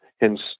hence